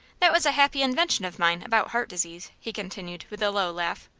that was a happy invention of mine, about heart disease, he continued, with a low laugh.